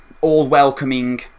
all-welcoming